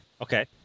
Okay